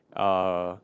uh